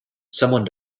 someone